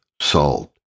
salt